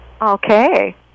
Okay